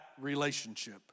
relationship